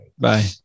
Bye